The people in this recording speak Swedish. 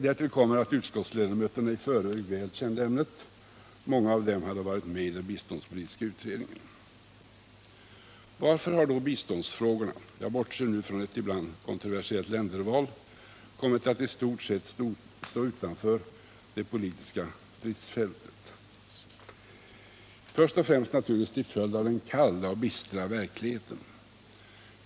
Därtill kommer att utskottsledamöterna i förväg väl kände ämnet; många av dem hade varit med i den biståndspolitiska utredningen. Varför har då biståndsfrågorna — jag bortser nu från ett ibland kontroversiellt länderval — kommit att i stort sett stå utanför det politiska stridsfältet? Detta är naturligtvis först och främst en följd av den bistra och kalla verkligheten.